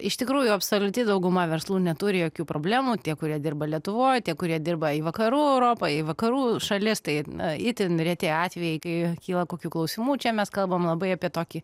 iš tikrųjų absoliuti dauguma verslų neturi jokių problemų tie kurie dirba lietuvoj tie kurie dirba į vakarų europą į vakarų šalis tai na itin reti atvejai kai kyla kokių klausimų čia mes kalbam labai apie tokį